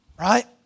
right